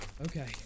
Okay